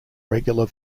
regular